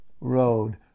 road